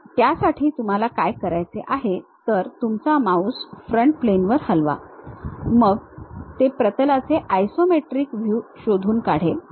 तर त्यासाठी तुम्हाला काय करायचे आहे तर तुमचा माऊस फ्रंट प्लेन वर हलवा मग ते प्रतलाचे आयसोमेट्रिक व्ह्यू शोधून काढेल